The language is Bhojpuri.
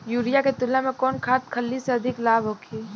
यूरिया के तुलना में कौन खाध खल्ली से अधिक लाभ होखे?